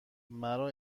مرا